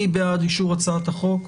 מי בעד אישור הצעת החוק?